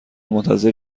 منتظر